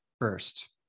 first